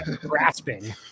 grasping